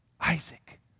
Isaac